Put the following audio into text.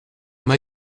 m’a